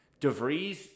DeVries